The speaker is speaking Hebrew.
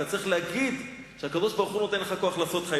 אתה צריך להגיד שהקדוש-ברוך-הוא נותן לך כוח לעשות חיל,